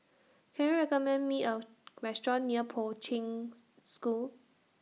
Can YOU recommend Me A Restaurant near Poi Ching School